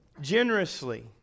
generously